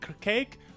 cake